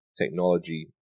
technology